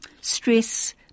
stress